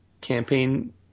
campaign